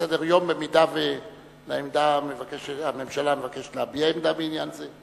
במידה שהממשלה מבקשת להביע עמדה בעניין זה.